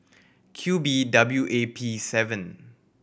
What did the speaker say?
Q B W A P seven